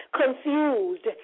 confused